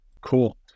Cool